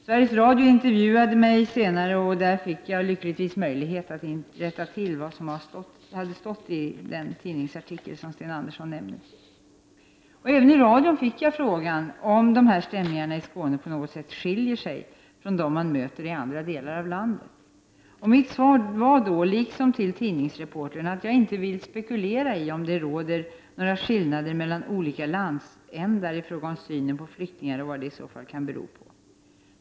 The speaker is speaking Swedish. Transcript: Sveriges Radio intervjuade mig senare, och då fick jag lyckligtvis möjlighet att rätta till vad som stått i den tidningsartikel Sten Andersson nämner. Även i radio fick jag frågan om de här stämningarna i Skåne på något sätt skiljer sig från dem man möter i andra delar av landet. Mitt svar var då — liksom till tidningsreportern — att jag inte vill spekulera över om det råder några skillnader mellan olika landsändar i fråga om synen på flyktingar och vad det i så fall skulle bero på.